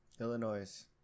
Illinois